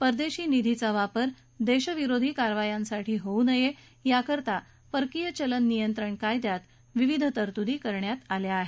परदेशी निधीचा वापर देश विरोधी कारवायांसाठी होऊ नये याकरता परकीय चलन नियंत्रण कायद्यात विविध तरतुदी करण्यात आल्या आहेत